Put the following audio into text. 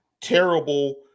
terrible